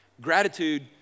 gratitude